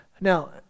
now